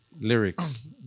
Lyrics